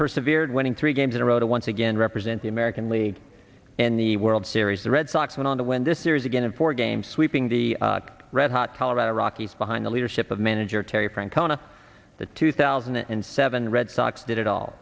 persevered winning three games in a row to once again represent the american league in the world series the red sox went on to win this series again in four games sweeping the red hot colorado rockies behind the leadership of manager terry francona the two thousand and seven red sox did it all